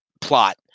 plot